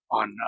on